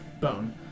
bone